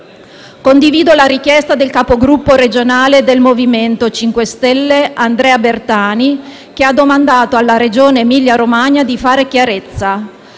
Condivido la richiesta del Capogruppo regionale del MoVimento 5 Stelle Andrea Bertani, che ha domandato alla Regione Emilia-Romagna di fare chiarezza.